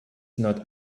not